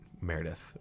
Meredith